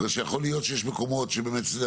בגלל שיכול להיות שיש מקומות שבאמת סדר